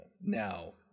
now